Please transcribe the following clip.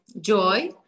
joy